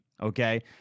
okay